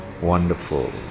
wonderful